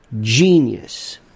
genius